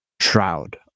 Shroud